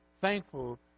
thankful